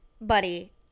buddy